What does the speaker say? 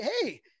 Hey